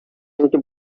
into